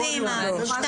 תחילתן של תקנות 7(א)(6) ו-(9)